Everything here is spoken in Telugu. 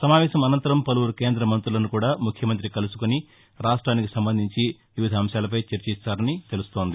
సమావేశనంతరం పలుపురు కేంద్ర మంతులను కూడా ముఖ్యమంతి కలుసుకుని రాష్ట్రానికి సంబంధించి వివిధ అంశాలపై చర్చిస్తారని తెలుస్తోంది